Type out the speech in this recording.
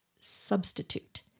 substitute